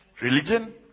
Religion